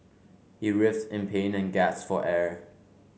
he writhed in pain and gasped for air